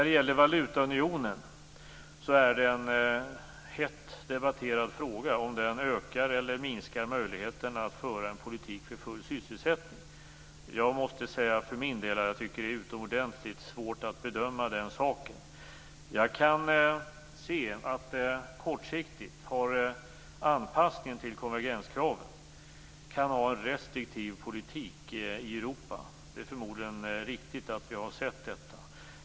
Det är en hett debatterad fråga om valutaunionen ökar eller minskar möjligheterna att föra en politik för full sysselsättning. Jag måste säga att jag för min del tycker att det är utomordentligt svårt att bedöma den saken. Jag kan se att anpassningen till konvergenskraven kortsiktigt kan ha en restriktiv politik i Europa som följd. Det är förmodligen riktigt att vi har sett detta.